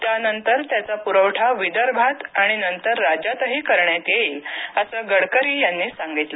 त्यानंतर त्याचा पुरवठा विदर्भात आणि नंतर राज्यातही करण्यात येईल असं गडकरी यांनी सांगितलं